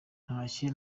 ntashye